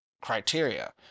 criteria